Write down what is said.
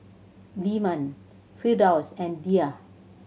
Leman Firdaus and Dhia